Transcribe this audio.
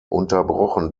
unterbrochen